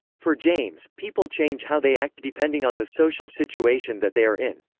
for james, people change how they act depending on the social situation that they are in.